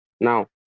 Now